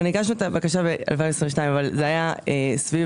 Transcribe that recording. הגשנו את הבקשה ב-2022 אבל זה היה סביב